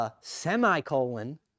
Semicolon